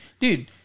Dude